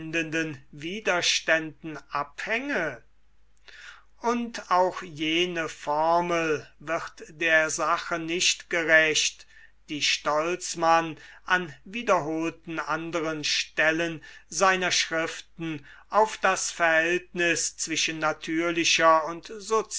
widerständen abhänge und auch jene formel wird der sache nicht gerecht die stolzmann an wiederholten anderen stellen seiner schriften auf das verhältnis zwischen natürlicher und